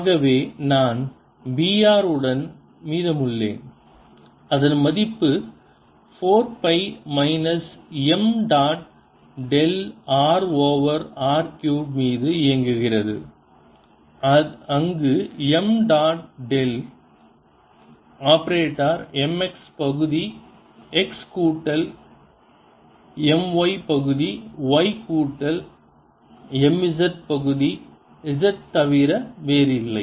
ஆகவே நான் Br உடன் மீதமுள்ளேன் அதன் மதிப்பு 4 pi minus m dot del r over r cube மீது இயங்குகிறது அங்கு m dot del operator mx பகுதி x கூட்டல் my பகுதி y கூட்டல் mz பகுதி z தவிர வேறில்லை